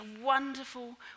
wonderful